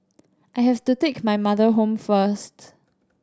I have to take my mother home first